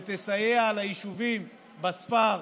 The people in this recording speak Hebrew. שתסייע ליישובים בספר,